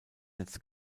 netz